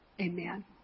Amen